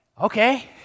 okay